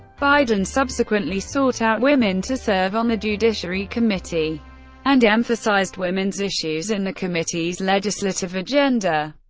biden subsequently sought out women to serve on the judiciary committee and emphasized women's issues in the committee's legislative agenda.